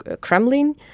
Kremlin